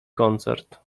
koncert